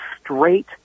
straight